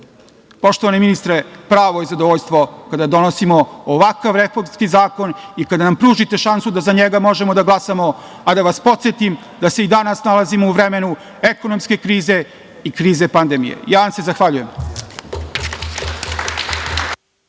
Srbije. Poštovani ministre, pravo je zadovoljstvo kada donosimo ovakav reformski zakon i kada nam pružite šansu da za njega možemo da glasamo. A, da vas podsetim da se i danas nalazimo u vremenu ekonomske krize i krize pandemije. Ja vam se zahvaljujem.